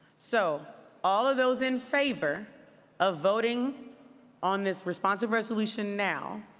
so all of those in favor of voting on this responsive resolution now,